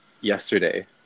yesterday